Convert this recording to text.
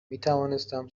میتوانستم